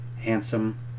handsome